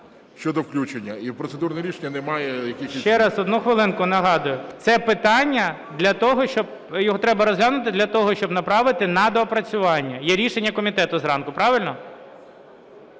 щодо включення. І процедурне рішення не має... 10:49:27 ГОЛОВУЮЧИЙ. Ще раз, одну хвилинку, нагадую: це питання для того, щоб... його треба розглянути для того, щоб направити на доопрацювання. Є рішення комітету зранку. Правильно?